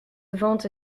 vente